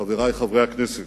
חברי חברי הכנסת,